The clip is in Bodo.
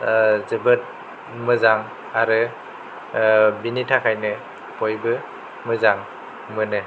जोबोद मोजां आरो बिनि थाखायनो बयबो मोजां मोनो